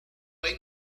hay